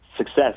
Success